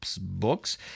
Books